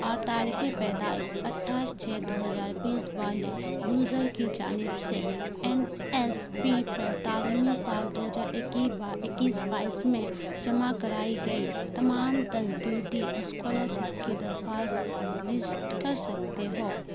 اور تاریخ پیدائش اٹھائیس چھ دو ہزار بیس والے یوزر کی جانب سے این ایس پی پر تعلیمی سال دو ہزار اکیس بائیس میں جمع کرائی گئی تمام تجدیدی اسکالر سپ کے درخواست لسٹ کر سکتے ہو